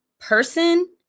person